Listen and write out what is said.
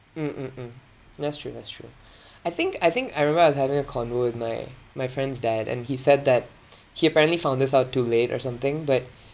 mm mm mm that's true that's true I think I think I remember I was having a convo~ with my my friend's dad and he said that he apparently found this out too late or something but